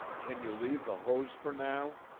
can you leave the hose for now?